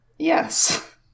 Yes